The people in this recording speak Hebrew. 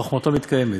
חוכמתו מתקיימת,